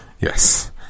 Yes